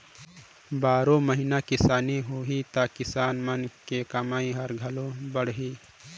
बारो महिना किसानी होही त किसान मन के कमई ह घलो बड़ही